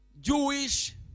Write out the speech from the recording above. jewish